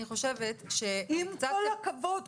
עם כל הכבוד,